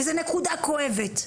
וזו נקודה כואבת.